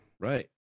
Right